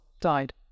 died